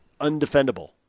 Undefendable